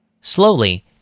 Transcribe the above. Slowly